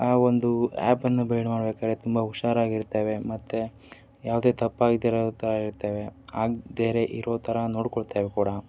ಆ ಒಂದು ಆ್ಯಪನ್ನು ಬಿಲ್ಡ್ ಮಾಡಬೇಕಾದ್ರೆ ತುಂಬ ಹುಷಾರಾಗಿರ್ತೇವೆ ಮತ್ತು ಯಾವುದೇ ತಪ್ಪು ಆಗದಿರೊ ಥರ ಇರ್ತೇವೆ ಆಗ್ದಿರೆ ಇರೋ ಥರ ನೋಡ್ಕೊಳ್ತೇವೆ ಕೂಡ